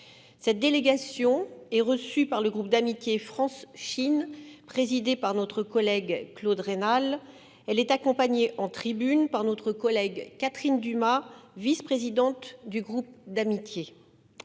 cette délégation est reçue par le groupe d'amitié France-Chine présidée par notre collègue Claude rénal, elle est accompagnée en tribunes par notre collègue Catherine Dumas, vice-présidente du groupe d'amitié,